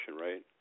right